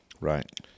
Right